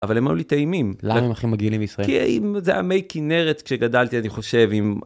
אבל הם לא היו לי טעימים. למה? הם היו הכי מגעילים בישראל? כי זה המי כנרת כשגדלתי, אני חושב, אם...